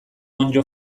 onddo